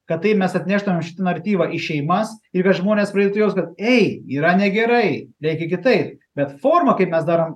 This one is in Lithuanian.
kad tai mes atneštumėm šitą naratyvą į šeimas ir kad žmonės pradėtų jaust kad ėi yra negerai reikia kitaip bet forma kaip mes darom